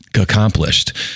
accomplished